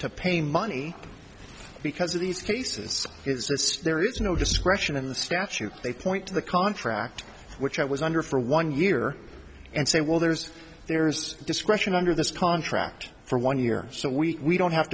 to pay money because of these cases it's there is no discretion in the statute they point to the contract which i was under for one year and say well there's there's discretion under this contract for one year so we don't have